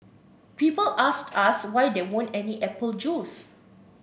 people asked us why there weren't any apple juice